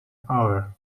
hour